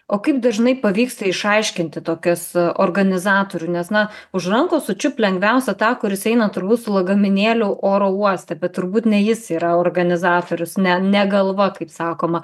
o kaip dažnai pavyksta išaiškinti tokias organizatorių nes na už rankos sučiupt lengviausia tą kuris eina turbūt su lagaminėliu oro uoste bet turbūt ne jis yra organizatorius ne ne galva kaip sakoma